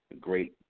great